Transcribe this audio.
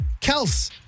Kels